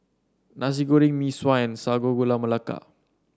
Nasi Goreng Mee Sua and Sago Gula Melaka